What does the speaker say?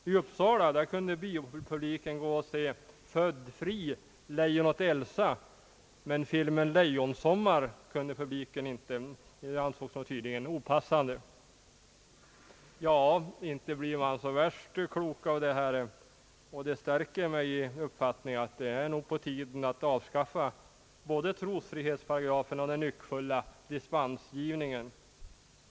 I Uppsala kunde biopubliken se »Född fri — Lejonet Elsa», men filmen »Lejonsommar» ansågs tydligen opassande. Ja, inte blir man så värst klok av detta, och det stärker mig i uppfattningen att det är på tiden att avskaffa både trosfrihetsparagrafen och den nyckfulla dispensgivningen.